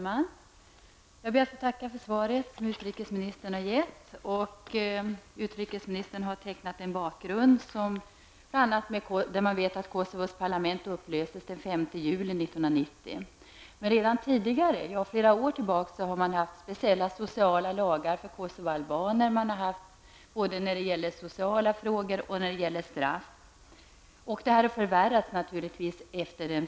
Herr talman! Jag ber att få tacka utrikesministern för svaret. Utrikesministern har tecknat en bakgrund som bl.a. visar att Kosovos parlament upplöstes den 5 juli 1990. Men redan tidigare, sedan flera år tillbaka, har man haft speciella sociala lagar för Kosovoalbaner och även speciella straff. Detta har naturligtvis förvärrats efter den 5 juli.